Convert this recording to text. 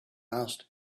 asked